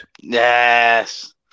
Yes